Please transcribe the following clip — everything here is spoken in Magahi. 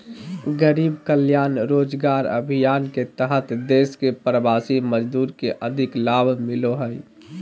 गरीब कल्याण रोजगार अभियान के तहत देश के प्रवासी मजदूर के अधिक लाभ मिलो हय